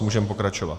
Můžeme pokračovat.